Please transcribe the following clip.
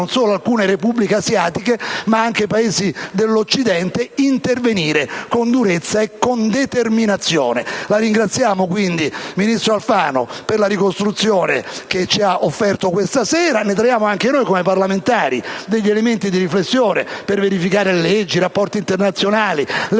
non solo alcune Repubbliche asiatiche, ma anche Paesi dell'Occidente intervenire con durezza e con determinazione. La ringraziamo, quindi, ministro Alfano, per la ricostruzione che ci ha offerto questa sera. Ne traiamo anche noi, come parlamentari, elementi di riflessione per verificare leggi, rapporti internazionali e